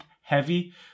heavy